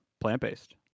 plant-based